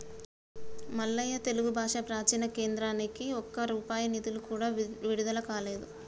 మల్లయ్య తెలుగు భాష ప్రాచీన కేంద్రానికి ఒక్క రూపాయి నిధులు కూడా విడుదల కాలేదు